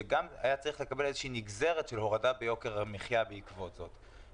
שגם היה צריך לקבל איזו שהיא נגזרת של הורדה ביוקר המחיה בעקבות זאת.